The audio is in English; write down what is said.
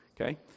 Okay